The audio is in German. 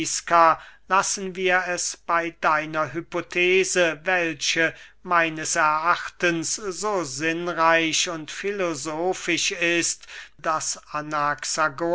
lassen wir es bey deiner hypothese welche meines erachtens so sinnreich und filosofisch ist daß